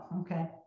okay